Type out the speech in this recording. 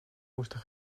moesten